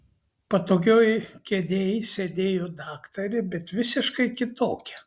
patogioj kėdėj sėdėjo daktarė bet visiškai kitokia